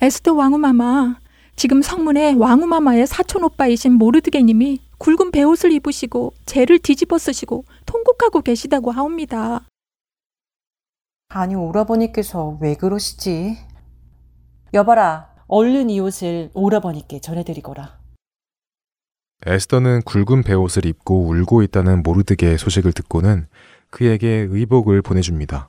에스더 왕후마마, 지금 성문에 왕후마마의 사촌오빠이신 모르드게님이 굵은 배옷을 입으시고 재를 뒤집어쓰시고 통곡하고 계시다고 하옵니다. 아니, 오라버니께서 왜 그러시지? 여봐라, 얼른 이 옷을 오라버니께 전해드리거라. 에스더는 굵은 배옷을 입고 울고 있다는 모르드게의 소식을 듣고는 그에게 의복을 보내줍니다.